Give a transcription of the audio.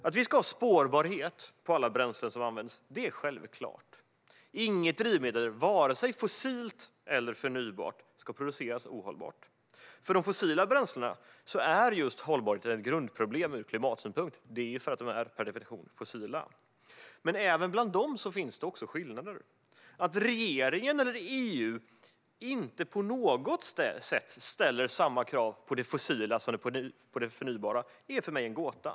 Att det ska finnas spårbarhet för alla bränslen som används är självklart. Inget drivmedel, vare sig fossilt eller förnybart, ska produceras ohållbart. För de fossila bränslena är just hållbarheten ett grundproblem ur klimatsynpunkt, eftersom de per definition är fossila. Även bland dem finns dock skillnader. Att regeringen eller EU inte på något sätt ställer samma krav på det fossila som på det förnybara är för mig en gåta.